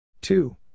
two